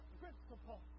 principle